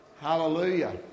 Hallelujah